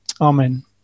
Amen